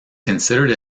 considered